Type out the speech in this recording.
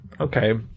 okay